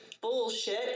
bullshit